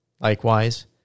Likewise